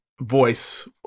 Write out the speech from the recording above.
voice